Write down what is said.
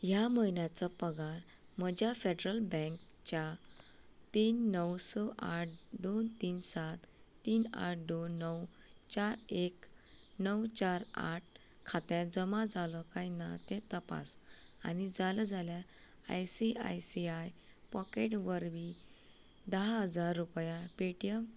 ह्या म्हयन्याचो पगार म्हज्या फॅडरल बँकच्या तीन णव स आठ दोन तीन सात तीन आठ दोन णव चार एक णव चार आठ खात्यांत जमा जालो काय ना तें तपास आनी जालो जाल्यार I C I C I pockets वरवीं धा हजार रुपया पे टी एम